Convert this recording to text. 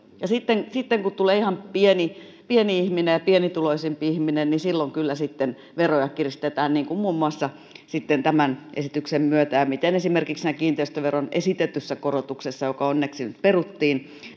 ja sitten sitten kun tulee ihan pieni pieni ihminen pienituloisempi ihminen silloin kyllä sitten veroja kiristetään niin kuin muun muassa tämän esityksen myötä ja siten olisi juurikin käynyt esimerkiksi kiinteistöveron esitetyssä korotuksessa joka onneksi nyt peruttiin